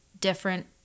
different